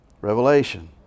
Revelation